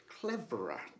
cleverer